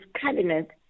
cabinet